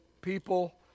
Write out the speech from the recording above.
people